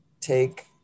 take